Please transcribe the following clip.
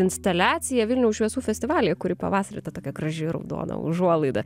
instaliaciją vilniaus šviesų festivalyje kuri pavasarį ta tokia graži raudona užuolaida